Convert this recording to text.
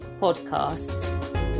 podcast